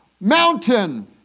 mountain